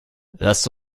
lass